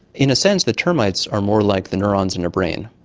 in a sense the termites are more like the neurons in your brain.